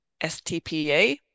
STPA